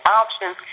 options